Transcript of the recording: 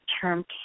term